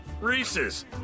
reese's